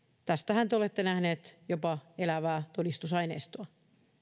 tästähän te olette nähneet jopa elävää todistusaineistoa